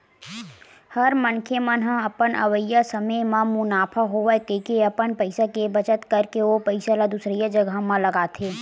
हर मनखे ह अपन अवइया समे म मुनाफा होवय कहिके अपन पइसा के बचत करके ओ पइसा ल दुसरइया जघा म लगाथे